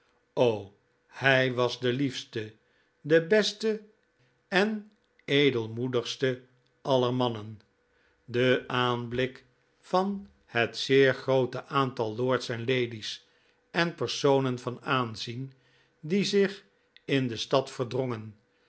hij was de liefste de beste en de edelmoedigste aller mannen de aanblik van het zeer groote aantal lords en ladies en personen van aanzien die zich in de stad verdrongen